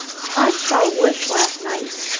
todd saw woods last night.